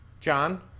John